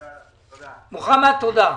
מוחמד, תודה.